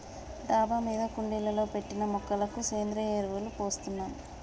డాబా మీద కుండీలలో పెట్టిన మొక్కలకు సేంద్రియ ఎరువులు పోస్తున్నాం